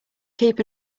keep